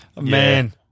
Man